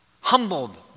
humbled